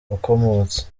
wakomotse